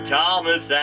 Thomas